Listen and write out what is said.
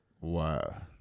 Wow